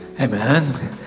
Amen